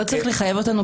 לא צריך לחייב אותנו.